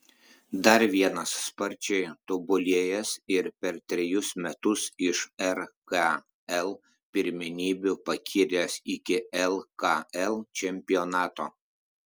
dar vienas sparčiai tobulėjęs ir per trejus metus iš rkl pirmenybių pakilęs iki lkl čempionato